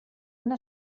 una